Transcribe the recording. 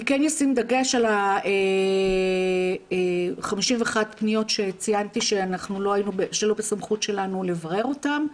אני כן אשים דגש על 51 הפניות שציינתי שלא בסמכות שלנו לברר אותן,